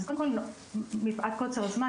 אז קודם כל מפאת קוצר הזמן,